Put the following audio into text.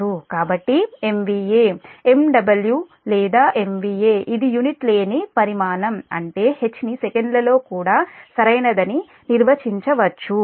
కాబట్టి MVA MW MVA ఇది unit లేని పరిమాణం అంటే H ని సెకన్లలో కూడా సరైనదని నిర్వచించవచ్చు